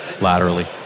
laterally